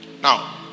Now